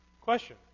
Question